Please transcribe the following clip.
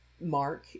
Mark